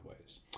ways